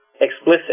explicit